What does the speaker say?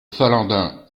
finlandais